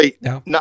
No